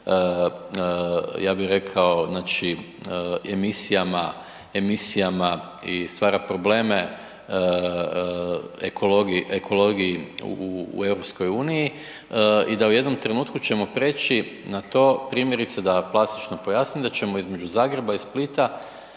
ja bih rekao znači emisijama, emisijama i stvara probleme ekologiji u EU i da u jednom trenutku ćemo preći na to, primjerice da plastično pojasnim da ćemo između Zagreba i Splita